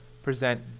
present